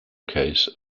case